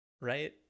Right